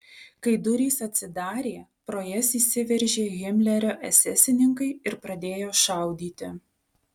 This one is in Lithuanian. kai durys atsidarė pro jas įsiveržė himlerio esesininkai ir pradėjo šaudyti